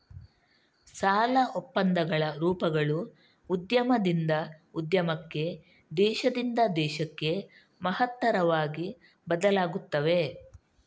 ಸಾಲ ಒಪ್ಪಂದಗಳ ರೂಪಗಳು ಉದ್ಯಮದಿಂದ ಉದ್ಯಮಕ್ಕೆ, ದೇಶದಿಂದ ದೇಶಕ್ಕೆ ಮಹತ್ತರವಾಗಿ ಬದಲಾಗುತ್ತವೆ